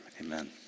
amen